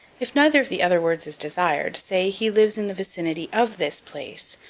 if neither of the other words is desired say, he lives in the vicinity of this place,